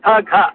घ घ